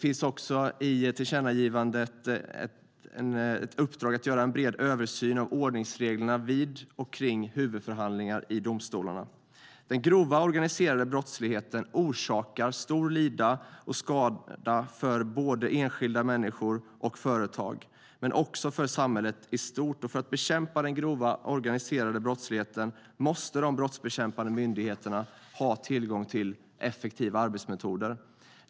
I tillkännagivandet finns också ett uppdrag om att göra en bred översyn av ordningsreglerna vid och kring huvudförhandlingar i domstolarna. Den grova organiserade brottsligheten orsakar stort lidande och stor skada för både enskilda människor och företag, men också för samhället i stort. För att bekämpa den grova organiserade brottsligheten måste de brottsbekämpande myndigheterna ha tillgång till effektiva arbetsmetoder.